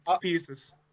pieces